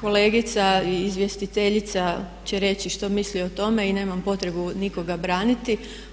kolegica i izvjestiteljica će reći što misli o tome i nemam potrebu nikoga braniti.